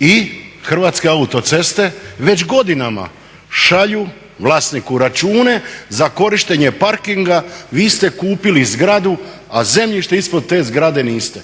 I Hrvatske autoceste već godinama šalju vlasniku račune za korištenje parkinga vi ste kupili zgradu a zemljište ispod te zgrade niste.